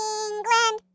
england